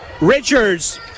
Richards